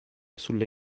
sulle